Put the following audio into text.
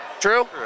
True